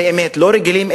באמת לא רגילים,